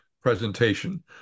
presentation